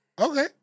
Okay